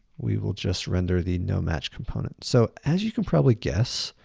we will just render the nomatch component. so as you can probably guess,